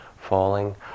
falling